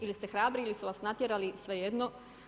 Ili ste hrabri, ili su vas natjerali svejedno.